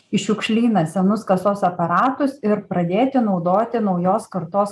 į šiukšlyną senus kasos aparatus ir pradėti naudoti naujos kartos